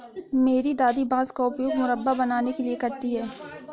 मेरी दादी बांस का उपयोग मुरब्बा बनाने के लिए करती हैं